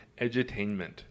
Edutainment